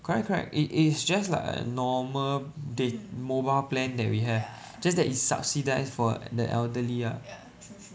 correct correct it is just like a normal dat~ mobile plan that we have just that is subsidised for the elderly ah